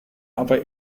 aber